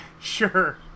Sure